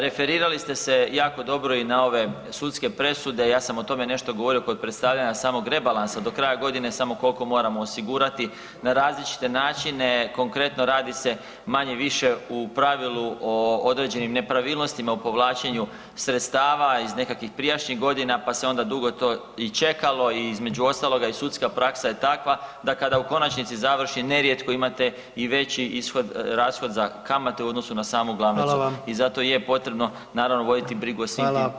Referirali ste se jako dobro i na ove sudske presude, ja sam o tome nešto govorio kod predstavljanja samog rebalansa, do kraja godine samo koliko moramo osigurati na različite načine, konkretno radi se manje-više u pravilu o određenim nepravilnostima u povlačenju sredstava iz nekakvih prijašnjih godina pa se onda dugo to i čekalo i između ostaloga i sudska praksa je takva da kada u konačnici završi nerijetko imate i veći ishod, rashod za kamate u odnosu na samu glavnicu [[Upadica: Hvala vam.]] i zato je potrebno naravno voditi brigu o svim tim instancama.